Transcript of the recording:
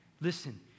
Listen